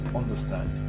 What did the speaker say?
understand